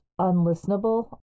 unlistenable